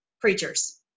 preachers